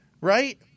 right